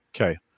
Okay